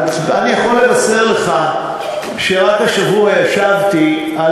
אני יכול לבשר לך שרק השבוע ישבתי על